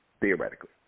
Theoretically